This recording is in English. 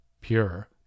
pure